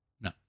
No